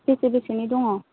बेसे बेसेनि दङ